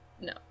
No